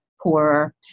poorer